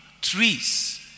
Trees